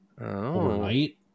overnight